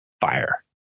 fire